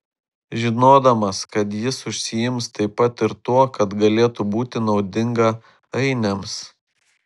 žinodamas kad jis užsiims taip pat ir tuo kas galėtų būti naudinga ainiams